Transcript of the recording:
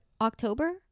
October